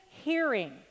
hearing